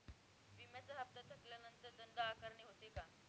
विम्याचा हफ्ता थकल्यानंतर दंड आकारणी होते का?